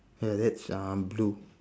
ya that's uh blue